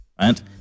right